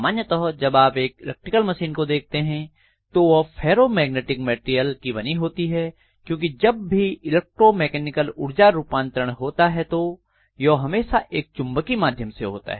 सामान्यतः जब आप एक इलेक्ट्रिकल मशीन को देखते हैं तो वह फेरोमैग्नेटिक मैटेरियल की बनी होती हैक्योंकि जब भी इलेक्ट्रोमैकेनिकल ऊर्जा रुपांतरण होता है तो यह हमेशा एक चुंबकीय माध्यम से होता है